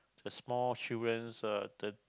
the small children's uh the